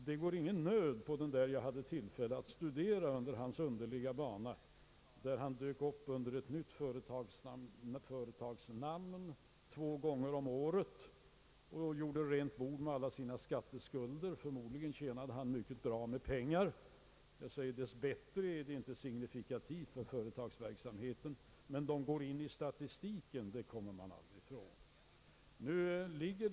Det går ingen nöd på den företagare jag speciellt hade tillfälle att studera under hans underliga bana. Två gånger om året dök han upp under ett nytt firmanamn och undslapp på det viset att betala sina gamla skatteskulder. Förmodligen tjänade han mycket pengar. Dess bättre är sådant inte signifikativt för företagsverksamheten, men man kommer aldrig ifrån att dessa konkurser går in i statistiken.